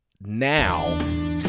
now